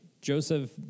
Joseph